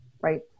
right